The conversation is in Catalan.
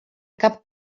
cap